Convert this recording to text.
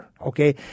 okay